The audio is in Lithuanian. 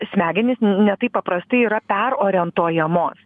smegenys ne taip paprastai yra perorientuojamos